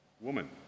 Woman